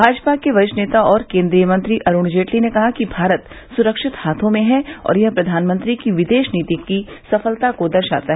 भाजपा के वरिष्ठ नेता और केंद्रीय मंत्री अरूण जेटली ने कहा कि भारत सुरक्षित हाथों में है और यह प्रधानमंत्री की विदेश नीति की सफलता को दर्शाता है